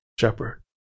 shepherd